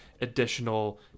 additional